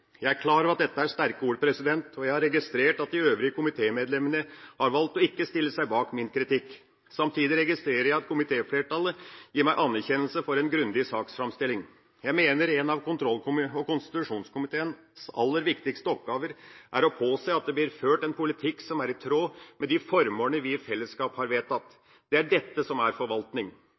Jeg er klar over at dette er sterke ord, og jeg har registrert at de øvrige komitémedlemmene har valgt ikke å stille seg bak min kritikk. Samtidig registrerer jeg at komitéflertallet gir meg anerkjennelse for en grundig saksframstilling. Jeg mener en av kontroll- og konstitusjonskomiteens aller viktigste oppgaver er å påse at det blir ført en politikk som er i tråd med de formålene vi i fellesskap har vedtatt. Det er dette som er forvaltning.